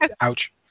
Ouch